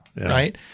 right